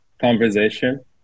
conversation